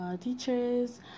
teachers